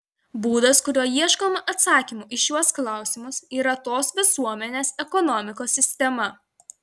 būdas kuriuo ieškoma atsakymo į šiuos klausimus yra tos visuomenės ekonomikos sistema